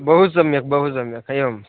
बहु सम्यक् बहु सम्यक् एवम्